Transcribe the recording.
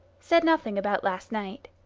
said nothing about last night.